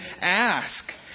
ask